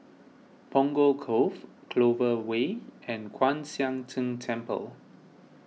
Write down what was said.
Punggol Cove Clover Way and Kwan Siang Tng Temple